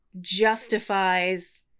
justifies